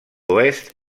oest